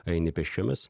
eini pėsčiomis